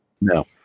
No